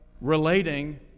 relating